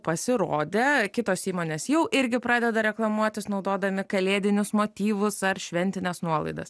pasirodė kitos įmonės jau irgi pradeda reklamuotis naudodami kalėdinius motyvus ar šventines nuolaidas